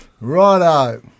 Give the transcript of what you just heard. Righto